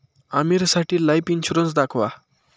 आमीरसाठी life insurance दाखवा